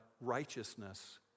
righteousness